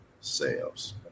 sales